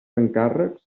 encàrrecs